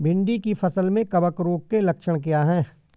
भिंडी की फसल में कवक रोग के लक्षण क्या है?